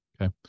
Okay